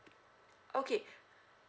okay